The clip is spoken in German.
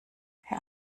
herr